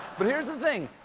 but here's the thing,